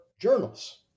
journals